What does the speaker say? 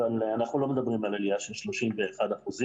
אנחנו לא מדברים על עלייה של 31 אחוזים.